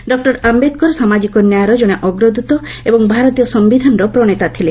doctor Ambedkar ସାମାଜିକ ନ୍ୟାୟର ଜଣେ ଅଗ୍ରଦୃତ ଏବଂ ଭାରତୀୟ ସମ୍ଭିଧାନର ପ୍ରଶେତା ଥିଲେ